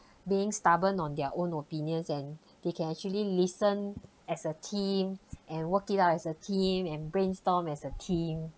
being stubborn on their own opinions and they can actually listen as a team and work it out as a team and brainstorm as a team